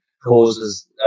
causes